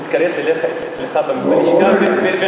נתכנס אצלך בלשכה,